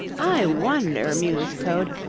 i wonder, mused toad.